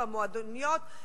במועדוניות,